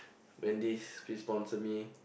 Wendy's please sponsor me